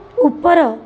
ଉପର